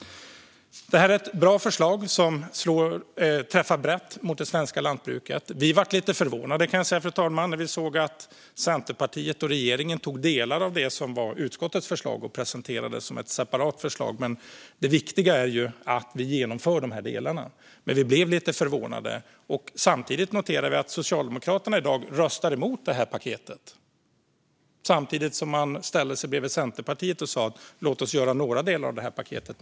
Detta är ett bra förslag som träffar brett mot det svenska lantbruket. Vi blev lite förvånade, fru talman, när vi såg att Centerpartiet och regeringen tog delar av det som var utskottets förslag och presenterade det som ett separat förslag. Det viktiga är ju att vi genomför de här delarna, men vi blev lite förvånade. Samtidigt noterar vi att Socialdemokraterna i dag tänker rösta emot det här paketet, samtidigt som man ställer sig bredvid Centerpartiet och säger: Låt oss göra några delar av paketet.